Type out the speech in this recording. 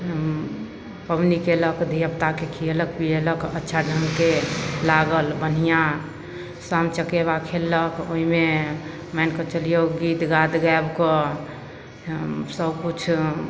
पबनी कएलक धिआपुताके खिएलक पिएलक अच्छा ढङ्गके लागल बढ़िआँ सामा चकेबा खेललक ओहिमे मानिकऽ चलिऔ गीत गात गाबिकऽ हेँ सबकिछु